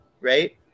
right